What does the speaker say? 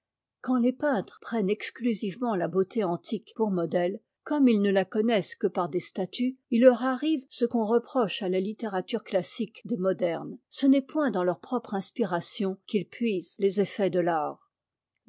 quand les peintres prennent exclusivement la beauté antique pour modèle comme ils ne la connaissent que'par des statues il leur arrive ce qu'on reproche à la littérature classique des modernes ce n'est point dans leur propre inspiration qu'ils puisent les effets de l'art